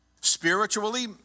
spiritually